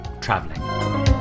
traveling